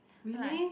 really